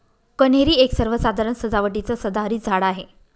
कन्हेरी एक सर्वसाधारण सजावटीचं सदाहरित झाड आहे